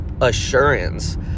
assurance